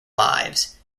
lives